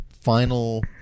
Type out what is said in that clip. final